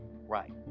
right